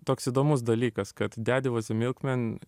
toks įdomus dalykas kad dedi vuoz e milkmen